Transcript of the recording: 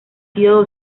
sido